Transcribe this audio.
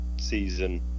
season